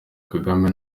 kagame